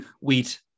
wheat